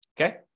Okay